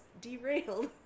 derailed